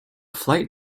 flight